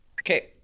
okay